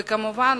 וכמובן,